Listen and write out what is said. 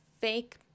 fake